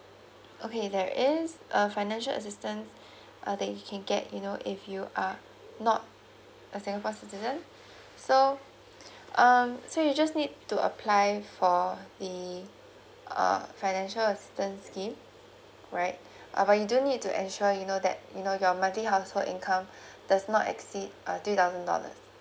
okay there is a financial assistance uh that you can get you know if you are not a singapore citizen so um so you just need to apply for the uh financial assistance scheme right uh but you do need to ensure you know that you know your monthly household income does not exceed uh two thousand dollars